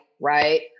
right